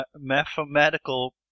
mathematical